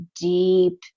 deep